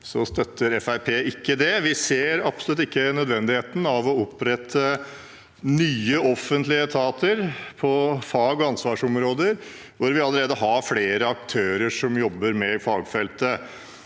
Fremskrittspartiet det. Vi ser absolutt ikke nødvendigheten av å opprette nye offentlige etater på fag- og ansvarsområder hvor vi allerede har flere aktører som jobber med fagfeltet.